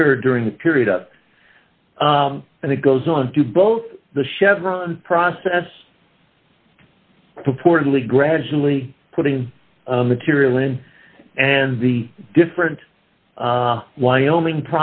occur during the period up and it goes on to both the chevron process purportedly gradually putting material in and the different wyoming